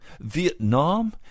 Vietnam